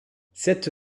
cette